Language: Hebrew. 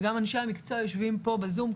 וגם אנשי המקצוע יושבים פה בזום,